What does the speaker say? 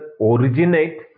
originate